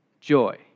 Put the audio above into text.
joy